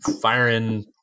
firing